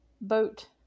boat